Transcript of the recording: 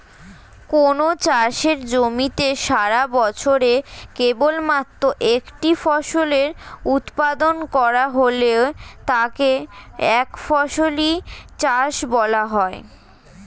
কোনও চাষের জমিতে সারাবছরে কেবলমাত্র একটি ফসলের উৎপাদন করা হলে তাকে একফসলি চাষ বলা হয়